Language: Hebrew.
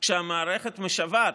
כשמערכת משוועת,